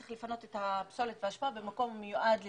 צריך לפנות את הפסולת והאשפה למקום המיועד לזה.